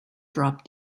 dropped